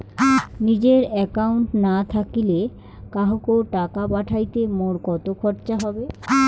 নিজের একাউন্ট না থাকিলে কাহকো টাকা পাঠাইতে মোর কতো খরচা হবে?